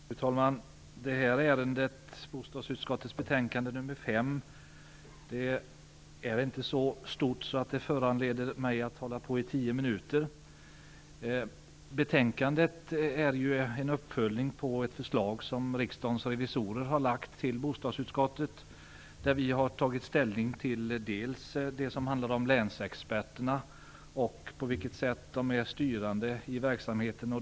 Fru talman! Det här ärendet, bostadsutskottets betänkande nr 5, är inte så stort att det föranleder mig att hålla på i tio minuter. Betänkandet är ju en uppföljning av ett förslag som Riksdagens revisorer har lagt fram för bostadsutskottet. Vi har tagit ställning till det som handlar om länsexperterna och på vilket sätt de är styrande i verksamheten.